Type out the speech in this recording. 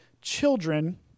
children